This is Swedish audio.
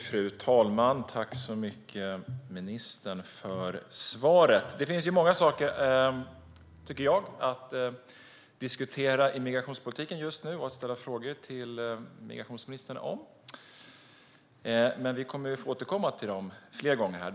Fru talman! Tack så mycket, ministern, för svaret! Det finns många saker i migrationspolitiken att diskutera just nu, tycker jag, och att ställa frågor om till migrationsministern. Vi kommer att få återkomma till dem fler gånger.